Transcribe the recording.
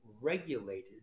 regulated